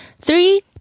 three